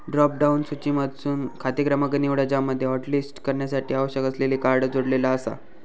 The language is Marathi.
ड्रॉप डाउन सूचीमधसून खाते क्रमांक निवडा ज्यामध्ये हॉटलिस्ट करण्यासाठी आवश्यक असलेले कार्ड जोडलेला आसा